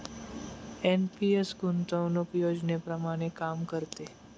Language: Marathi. एन.पी.एस गुंतवणूक योजनेप्रमाणे काम करते